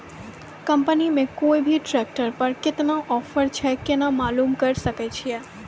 Company के कोय भी ट्रेक्टर पर केतना ऑफर छै केना मालूम करऽ सके छियै?